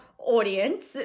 audience